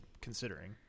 considering